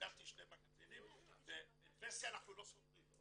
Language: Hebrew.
סגרתי שני מגזינים ואת וסטי אנחנו לא סוגרים,